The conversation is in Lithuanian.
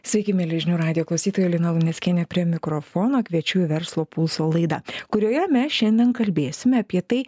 sveiki mieli žinių radijo klausytoja lina luneckienė prie mikrofono kviečiu į verslo pulso laidą kurioje mes šiandien kalbėsime apie tai